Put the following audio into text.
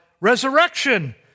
resurrection